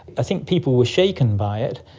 i think people were shaken by it,